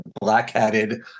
black-hatted